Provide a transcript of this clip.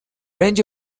range